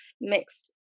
mixed